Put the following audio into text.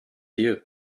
you